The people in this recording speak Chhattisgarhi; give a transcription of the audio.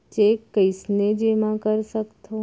चेक कईसने जेमा कर सकथो?